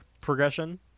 progression